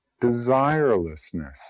desirelessness